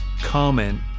comment